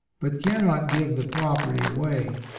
but cannot give the prop erty away.